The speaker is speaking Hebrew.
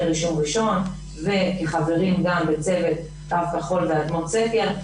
רישום ראשון וחברים גם בצוות קו כחול ואדמות סקר.